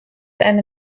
eine